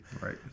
right